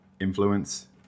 influence